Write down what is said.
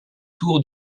tour